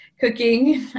cooking